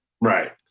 Right